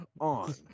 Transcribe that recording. on